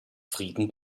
frieden